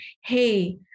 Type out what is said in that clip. hey